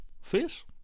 Fish